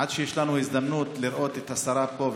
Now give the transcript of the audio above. עד שיש לנו הזדמנות לראות את השרה פה,